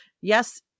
Yes